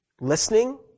listening